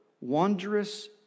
wondrous